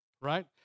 right